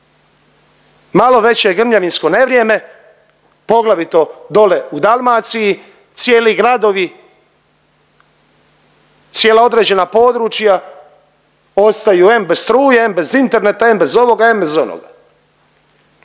Malo veće grmljavinsko nevrijeme, poglavito dole u Dalmaciji, cijeli gradovi, cijela određena područja ostaju em bez struje, em bez interneta, em bez ovoga, em bez onoga.